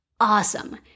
Awesome